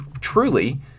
truly